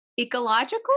ecological